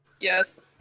Yes